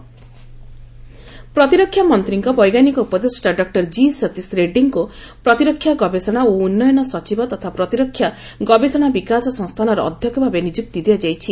DRDO appointment ପ୍ରତିରକ୍ଷା ମନ୍ତ୍ରୀଙ୍କ ବୈଜ୍ଞାନିକ ଉପଦେଷ୍ଟା ଡକ୍ଟର ଜି ସତୀଶ ରେଡ୍ରୀଙ୍କୁ ପ୍ରତିରକ୍ଷା ଗବେଷଣା ଓ ଉନ୍ନୟନର ସଚିବ ତଥା ପ୍ରତିରକ୍ଷା ଗବେଷଣା ବିକାଶ ସଂସ୍ଥାନର ଅଧ୍ୟକ୍ଷଭାବେ ନିଯୁକ୍ତି ଦିଆଯାଇଛି